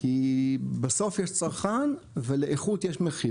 כי בסוף יש צרכן ולאיכות יש מחיר